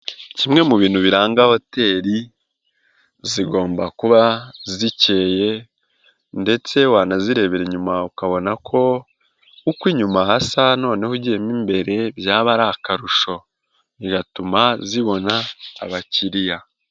Kimwe mu bintu biranga hoteli, zigomba kuba zikeye ndetse wanazirebabera inyuma ukabona ko uko inyuma hasa noneho ugiye imbere byaba ari akarusho, bigatuma zibona abakiriya.